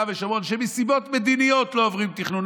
ושומרון שמסיבות מדיניות לא עוברים תכנון,